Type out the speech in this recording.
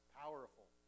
powerful